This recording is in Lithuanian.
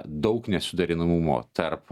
daug nesuderinamumo tarp